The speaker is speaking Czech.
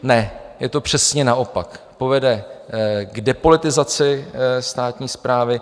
Ne, je to přesně naopak, povede k depolitizaci státní správy.